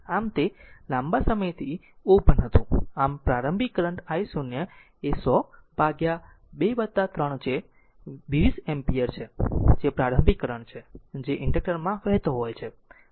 આમ તે લાંબા સમયથી ઓપન હતું આમ પ્રારંભિક કરંટ I0 એ 100 ભાગ્યા 2 3 જે 20 એમ્પીયર છે જે પ્રારંભિક કરંટ છે જે ઇન્ડક્ટર માં વહેતો હોય છે અને તે ix 0 હશે